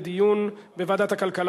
לדיון מוקדם בוועדת הכלכלה